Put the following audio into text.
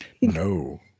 No